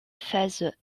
phase